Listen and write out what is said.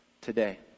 today